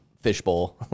fishbowl